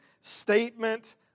statement